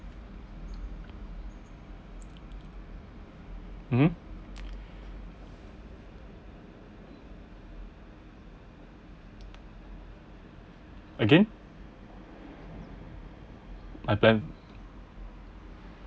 mmhmm again I planned